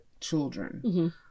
children